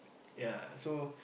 ya so